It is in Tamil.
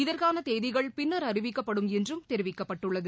இதற்கானதேதிகள் பின்னா் அறிவிக்கப்படும் என்றும் தெரிவிக்கப்பட்டுள்ளது